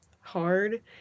hard